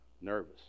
nervous